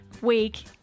week